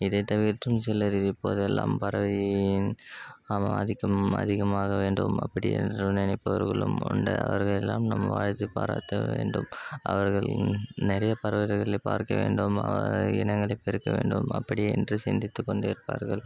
இதை தவிர்த்தும் சிலர் இப்போதெல்லாம் பறவையின் அவ் ஆதிக்கம் அதிகமாக வேண்டும் அப்படி என்று நினைப்பவர்களும் உண்டு அவர்களையெல்லாம் நம் வாழ்த்தி பாராட்ட வேண்டும் அவர்கள் நிறைய பறவைகளை பார்க்க வேண்டும் அதன் இனங்களை பெருக்க வேண்டும் அப்படி என்று சிந்தித்துக்கொண்டு இருப்பார்கள்